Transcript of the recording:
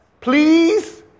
Please